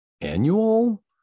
annual